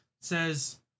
says